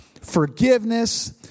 forgiveness